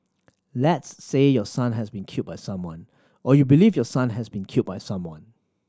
let's say your son has been killed by someone or you believe your son has been killed by someone